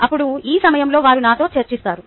అప్పుడు ఈ సమయంలో వారు నాతో చర్చిస్తారు